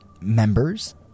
members